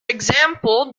example